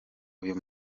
uyu